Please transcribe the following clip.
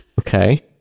Okay